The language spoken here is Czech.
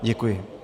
Děkuji.